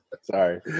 sorry